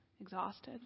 Exhausted